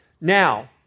Now